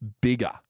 bigger